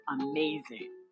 amazing